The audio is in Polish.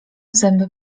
zęby